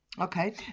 okay